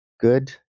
good